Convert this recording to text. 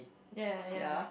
ya